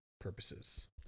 purposes